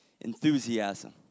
enthusiasm